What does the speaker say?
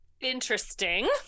Interesting